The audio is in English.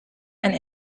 and